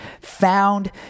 found